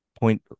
point